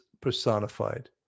personified